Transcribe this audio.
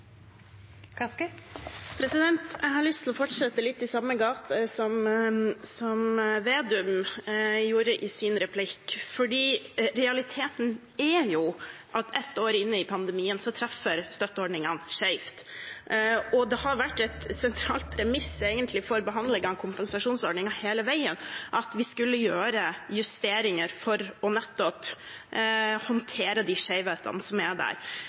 at ett år inne i pandemien treffer støtteordningene skjevt. Det har vært et sentralt premiss for behandlingen av kompensasjonsordningen hele veien at vi skulle gjøre justeringer for nettopp å håndtere de skjevhetene som er der,